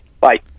Bye